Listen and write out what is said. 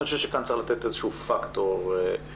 אני חושב שכאן צריך לתת איזשהו פקטור מעבר,